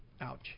Ouch